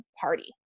party